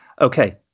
Okay